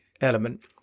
element